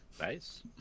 Nice